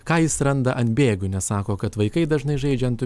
ką jis randa ant bėgių nes sako kad vaikai dažnai žaidžia ant tų